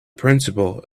principle